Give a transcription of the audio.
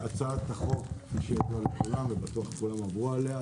אדבר ממש בקצרה על הצעת החוק כי בטח כולם עברו עליה.